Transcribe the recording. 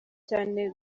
cyane